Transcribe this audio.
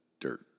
dirt